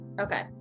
okay